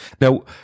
Now